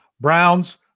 Browns